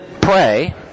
pray